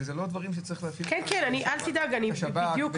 ואלה לא הדברים שצריך להפעיל -- מירב בן ארי,